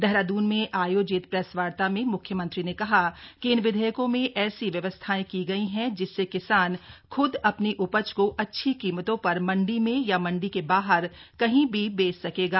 देहरादून में आयोजित प्रेसवार्ता में मुख्यमंत्री ने कहा कि इन विधेयकों में ऐसी व्यवस्थाएं की गई हैं जिससे किसान ख्द अपनी उपज को अच्छी कीमतों पर मंडी में या मंडी के बाहर कहीं भी बेच सकेगा